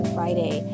Friday